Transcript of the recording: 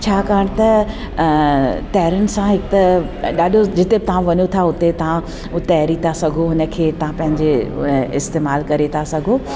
छाकाणि त तरण सां हिकु त ॾाढो जिते तव्हां वञो था उते तव्हां तैरी था सघो हुन खे तां पंहिंजे इस्तेमालु करे था सघो